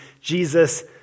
Jesus